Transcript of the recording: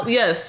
yes